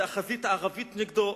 זה החזית הערבית נגדו,